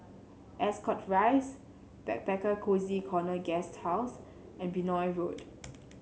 Ascot Rise Backpacker Cozy Corner Guesthouse and Benoi Road